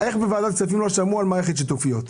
איך בוועדת כספים לא שמעו על מערכת שיתופיות?